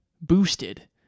boosted